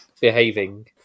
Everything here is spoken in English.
behaving